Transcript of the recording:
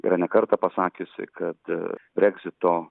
yra ne kartą pasakiusi kad breksito